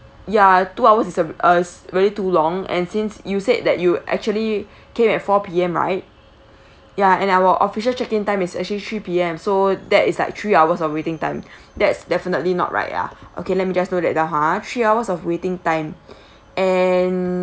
ya two hours is wait too long and since you said that you actually came at four P_M right ya and our official check in time is actually three P_M so that is like three hours of waiting time that's definitely not right ya okay let me just note that down ha three hours of waiting time and